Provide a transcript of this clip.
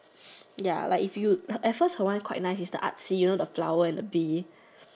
ya like if you at first her one quite nice it's the artsy you know the flower and the Bee